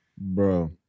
Bro